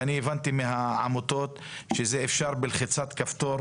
ואני הבנתי מהעמותות שזה אפשר בלחיצת כפתור,